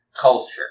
culture